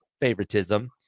favoritism